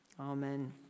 Amen